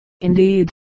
Indeed